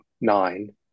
nine